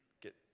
get